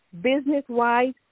business-wise